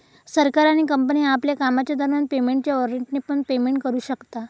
सरकार आणि कंपनी आपल्या कामाच्या दरम्यान पेमेंटच्या वॉरेंटने पण पेमेंट करू शकता